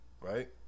Right